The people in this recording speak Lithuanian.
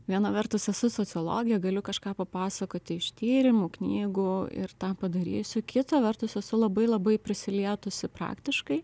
viena vertus esu sociologijė galiu kažką papasakoti iš tyrimų knygų ir tą padarysiu kita vertus esu labai labai prisilietusi praktiškai